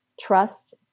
trust